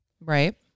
Right